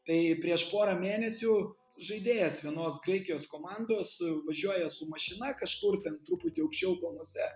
tai prieš porą mėnesių žaidėjas vienos graikijos komandos važiuoja su mašina kažkur ten truputį aukščiau kalnuose